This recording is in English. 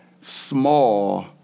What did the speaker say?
small